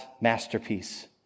masterpiece